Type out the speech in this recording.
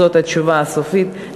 זאת התשובה הסופית,